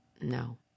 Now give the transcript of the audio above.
No